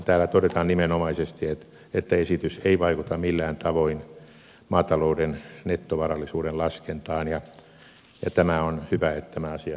täällä todetaan nimenomaisesti että esitys ei vaikuta millään tavoin maatalouden nettovarallisuuden laskentaan ja tämä on hyvä että tämä asia tehdään tässä selväksi